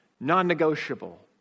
non-negotiable